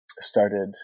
started